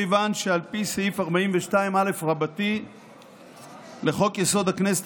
כיוון שעל פי סעיף 42א לחוק-יסוד: הכנסת,